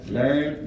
learn